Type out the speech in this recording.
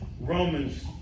Romans